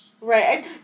Right